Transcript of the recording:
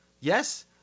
yes